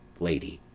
lady.